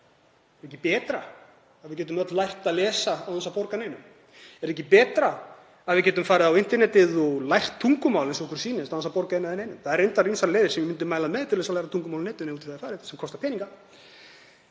Er ekki betra að við getum öll lært að lesa án þess að borga einhverjum? Er ekki betra að við getum farið á internetið og lært tungumál eins og okkur sýnist án þess að borga einum eða neinum? Það eru reyndar ýmsar leiðir sem ég myndi mæla með til að læra tungumál á netinu, ef út í það er farið, sem kosta peninga